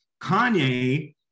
Kanye